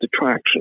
attraction